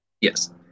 yes